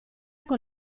con